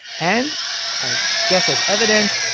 and i guess as evidence,